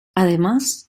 además